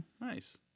Nice